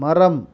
மரம்